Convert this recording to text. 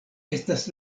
estas